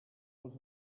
els